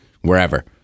wherever